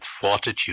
fortitude